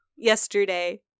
yesterday